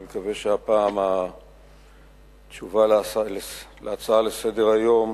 אני מקווה שהפעם התשובה על ההצעה לסדר-היום